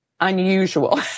unusual